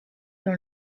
dans